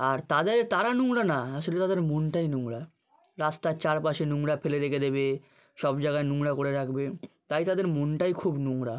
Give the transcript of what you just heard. আর তাদের তারা নোংরা না আসলে তাদের মনটাই নোংরা রাস্তার চারপাশে নোংরা ফেলে রেখে দেবে সব জায়গায় নোংরা করে রাখবে তাই তাদের মনটাই খুব নোংরা